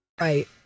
Right